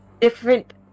Different